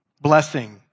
blessing